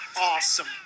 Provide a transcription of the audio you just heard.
Awesome